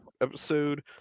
episode